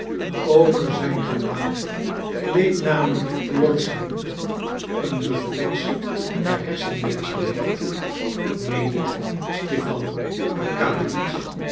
over zijn gelaat gleed namelijk plotseling een reflex der hersenwerkzaamheid meende stipan